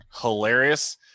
hilarious